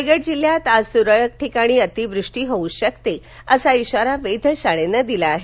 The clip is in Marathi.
रायगड जिल्ह्यात आज तुरळक ठिकाणी अतीवृष्टी होऊ शकते असा इशारा वेधशाळेनं दिला आहे